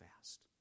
fast